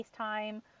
FaceTime